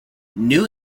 new